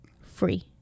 Free